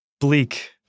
Bleak